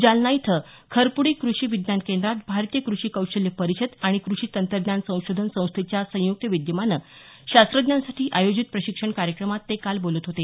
जालना इथं खरपुडी कृषी विज्ञान केंद्रात भारतीय कृषी कौशल्य परिषद आणि कृषी तंत्रज्ञान संशोधन संस्थेच्या संयुक्त विद्यमानं शास्त्रज्ञांसाठी आयोजित प्रशिक्षण कार्यक्रमात ते काल बोलत होते